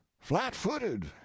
flat-footed